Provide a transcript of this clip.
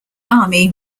army